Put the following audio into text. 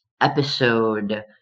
episode